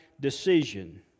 decision